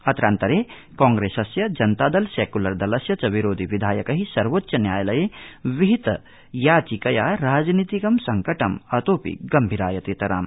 अत्रान्तरे कांग्रसस्य जनता दल सखिलर दलस्य च विरोधि विधायक्त सर्वोच्च न्यायालये विहित निवेदनेन राजनीतिकं संकटम् अतोऽपि गम्भीरायतेतराम्